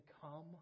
come